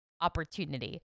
opportunity